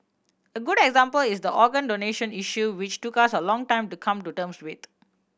a good example is the organ donation issue which took us a long time to come to terms with